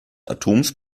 atoms